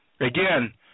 again